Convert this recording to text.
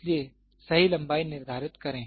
इसलिए सही लंबाई निर्धारित करें